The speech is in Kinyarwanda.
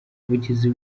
umuvugizi